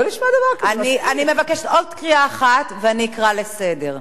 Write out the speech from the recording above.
אני מבקשת, עוד קריאה אחת ואני אקרא לסדר.